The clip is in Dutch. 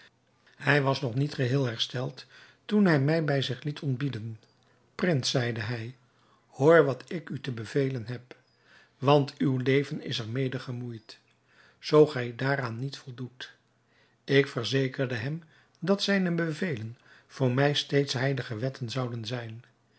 hij was nog niet geheel hersteld toen hij mij bij zich liet ontbieden prins zeide hij hoor wat ik u te bevelen heb want uw leven is er mede gemoeid zoo gij daaraan niet voldoet ik verzekerde hem dat zijne bevelen voor mij steeds heilige wetten zouden zijn